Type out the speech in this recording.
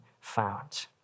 found